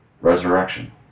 resurrection